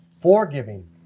forgiving